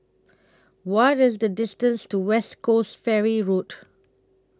What IS The distance to West Coast Ferry Road